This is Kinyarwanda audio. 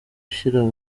ushyira